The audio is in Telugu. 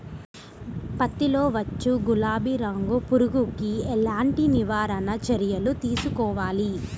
పత్తిలో వచ్చు గులాబీ రంగు పురుగుకి ఎలాంటి నివారణ చర్యలు తీసుకోవాలి?